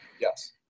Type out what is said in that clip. yes